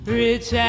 rich